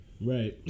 Right